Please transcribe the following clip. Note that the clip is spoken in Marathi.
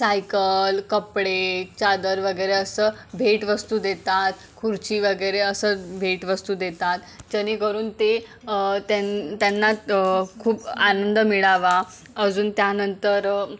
सायकल कपडे चादर वगैरे असं भेटवस्तू देतात खुर्ची वगेरे असं भेटवस्तू देतात जेणेकरून ते त्यां त्यांना खूप आनंद मिळावा अजून त्यानंतर